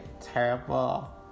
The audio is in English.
terrible